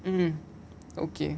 mmhmm okay